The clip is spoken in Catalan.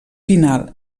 final